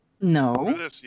No